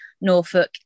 Norfolk